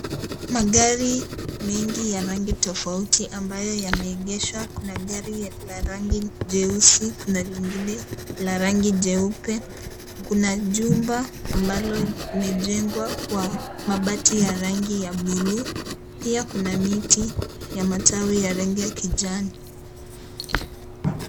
Magari mengi ya rangi tofauti ambayo yameegeshwa kuna gari la rangi jeusi kuna lingine la rangi jeupe kuna jumba ambalo limejengwa kwa mabati ya rangi ya buluu pia kuna miti ya matawi ya rangi ya kijani.